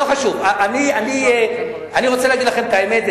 אני רוצה להגיד לכם את האמת,